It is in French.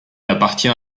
appartient